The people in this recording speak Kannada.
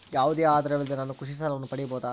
ಯಾವುದೇ ಆಧಾರವಿಲ್ಲದೆ ನಾನು ಕೃಷಿ ಸಾಲವನ್ನು ಪಡೆಯಬಹುದಾ?